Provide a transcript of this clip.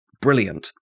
brilliant